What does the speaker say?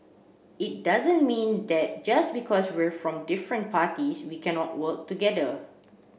it doesn't mean that just because we're from different parties we cannot work together